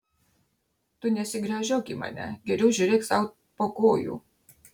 tu nesigręžiok į mane geriau žiūrėk sau po kojų